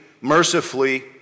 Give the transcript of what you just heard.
mercifully